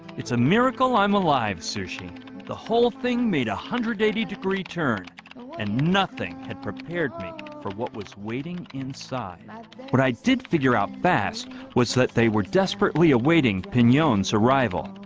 it's a miracle. i'm alive sushi the whole thing made a hundred eighty degree turn and nothing had prepared me for what was waiting inside but i did figure out fast was that they were desperately awaiting pinyons arrival.